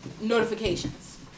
notifications